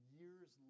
years